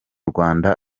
rwanda